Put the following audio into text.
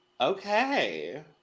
Okay